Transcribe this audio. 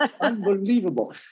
unbelievable